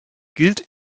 gilt